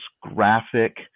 graphic